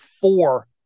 four